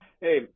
Hey